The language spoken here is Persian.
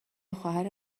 خواهر